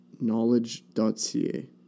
knowledge.ca